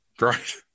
Right